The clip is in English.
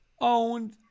Owned